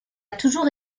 toujours